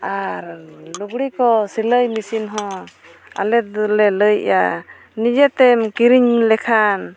ᱟᱨ ᱞᱩᱜᱽᱲᱤ ᱠᱚ ᱥᱤᱞᱟᱹᱭ ᱢᱮᱹᱥᱤᱱ ᱦᱚᱸ ᱟᱞᱮ ᱫᱚᱞᱮ ᱞᱟᱹᱭᱮᱫᱼᱟ ᱱᱤᱡᱮ ᱛᱮᱢ ᱠᱤᱨᱤᱧ ᱞᱮᱠᱷᱟᱱ